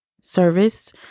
service